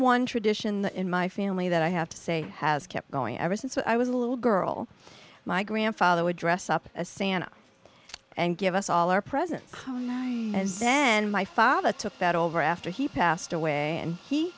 one tradition that in my family that i have to say has kept going ever since i was a little girl my grandfather would dress up as santa and give us all our presents then my father took that over after he passed away and he